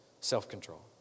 self-control